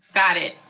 got it.